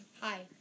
Hi